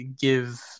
give